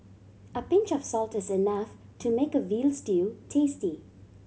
a pinch of salt is enough to make a veal stew tasty